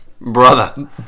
Brother